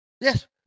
Yes